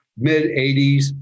mid-'80s